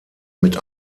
mit